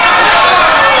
אתה לא מגנה.